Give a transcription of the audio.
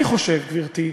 אני חושב, גברתי,